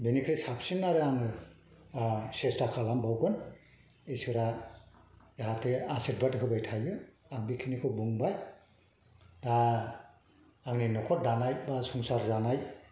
बेनिफ्राय साबसिन आरो आङो सेस्ता खालामबावगोन ईसोरआ जाहाथे आसिरबाद होबाय थायो आं बेखिनिखौ बुंबाय दा आंनि न'खर दानाय बा संसार जानाय